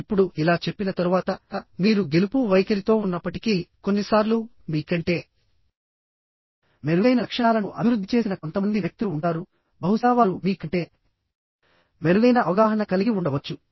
ఇప్పుడు ఇలా చెప్పిన తరువాత మీరు గెలుపు వైఖరితో ఉన్నప్పటికీ కొన్నిసార్లు మీ కంటే మెరుగైన లక్షణాలను అభివృద్ధి చేసిన కొంతమంది వ్యక్తులు ఉంటారు బహుశా వారు మీ కంటే మెరుగైన అవగాహన కలిగి ఉండవచ్చు